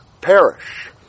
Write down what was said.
perish